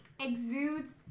exudes